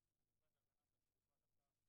השעה 9:38 ואני מתכבד לפתוח את ישיבת ועדת העבודה,